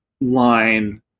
line